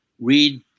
read